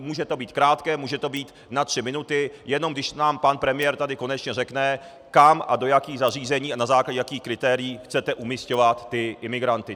Může to být krátké, může to být na tři minuty, jenom když nám tady pan premiér konečně řekne, kam a do jakých zařízení a na základě jakých kritérií chcete umisťovat ty imigranty.